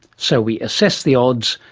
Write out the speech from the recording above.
so we assess the odds,